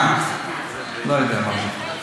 לא יודע מה זה.